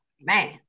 man